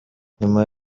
nyuma